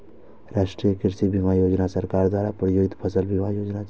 राष्ट्रीय कृषि बीमा योजना सरकार द्वारा प्रायोजित फसल बीमा योजना छियै